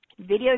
video